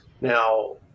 now